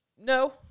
No